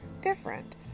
different